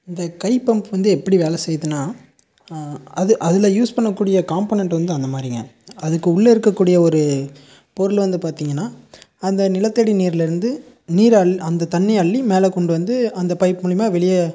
இந்த கை பம்ப் வந்து எப்படி வேலை செய்யுதுனால் அது அதில் யூஸ் பண்ணக்கூடிய காம்போனட் வந்து அந்தமாதிரிங்க அதுக்கு உள்ளே இருக்கக்கூடிய ஒரு பொருள் வந்து பார்த்திங்கனா அந்த நிலத்தடி நீர்லேருந்து நீர் அந்த தண்ணியை அள்ளி மேலே கொண்டு வந்து அந்த பைப் மூலயமா வெளியே